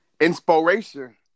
Inspiration